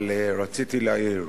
אבל רציתי להעיר,